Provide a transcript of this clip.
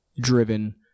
driven